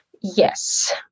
Yes